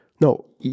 No